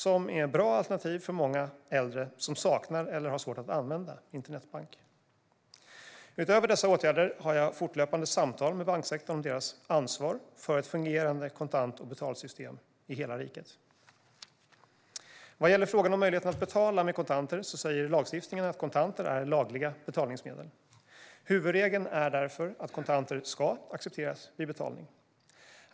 Det är bra alternativ för många äldre som saknar eller har svårt att använda internetbank. Utöver dessa åtgärder har jag fortlöpande samtal med banksektorn om dess ansvar för ett fungerande kontant och betalsystem i hela riket. Vad gäller frågan om möjligheten att betala med kontanter säger lagstiftningen att kontanter är lagliga betalningsmedel. Huvudregeln är därför att kontanter ska accepteras vid betalning.